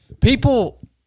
People